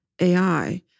AI